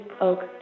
Oak